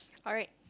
alright